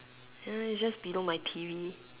err it's just below my T_V